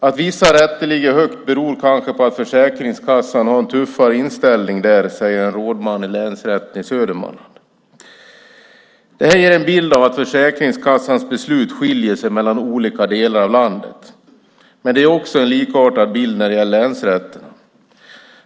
Att vissa länsrätter ligger högt beror kanske på att Försäkringskassan har en tuffare inställning där, säger en rådman i länsrätten i Södermanland. Detta ger en bild av att Försäkringskassans beslut skiljer sig åt i olika delar av landet. Men det är också en likartad bild när det gäller länsrätterna.